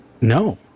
No